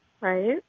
right